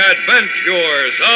Adventures